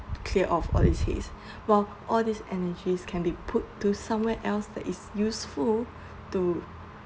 clear off all the haze while all these energies can be put to somewhere else that is useful to